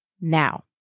now